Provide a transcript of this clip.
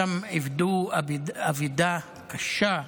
שם איבדו אבדה קשה,